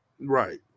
Right